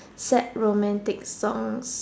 sad romantic songs